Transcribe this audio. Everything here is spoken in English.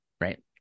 right